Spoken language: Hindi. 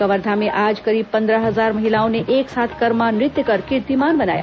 कवर्धा में आज करीब पन्द्रह हजार महिलाओं ने एक साथ कर्मा नृत्य कर कीर्तिमान बनाया